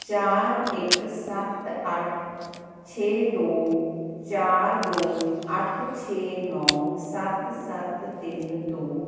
ਚਾਰ ਇੱਕ ਸੱਤ ਅੱਠ ਛੇ ਦੋ ਚਾਰ ਦੋ ਅੱਠ ਛੇ ਨੌ ਸੱਤ ਸੱਤ ਤਿੰਨ ਦੋ